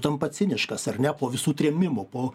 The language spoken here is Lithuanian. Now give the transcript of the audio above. tampa ciniškas ar ne po visų trėmimų po